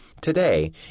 Today